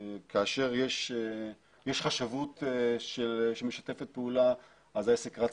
כאשר יש חשבות שמשתפת פעולה אז העסק רק מהר,